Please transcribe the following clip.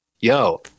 yo